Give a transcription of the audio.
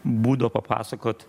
būdo papasakot